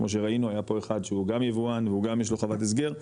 כמו שראינו היה פה אחד שהוא גם יבואן והוא גם יש לו חוות הסגר,